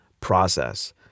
process